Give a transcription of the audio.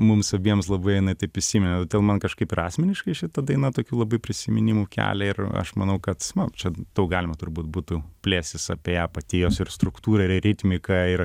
mums abiems labai jinai taip įsiminė todėl man kažkaip ir asmeniškai šita daina tokių labai prisiminimų kelia ir aš manau kad na čia daug galima turbūt būtų plėstis apie ją pati jos ir struktūra ir ritmika ir